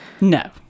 No